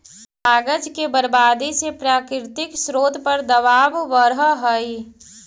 कागज के बर्बादी से प्राकृतिक स्रोत पर दवाब बढ़ऽ हई